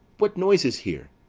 what noise is here?